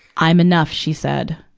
i'm enough she said.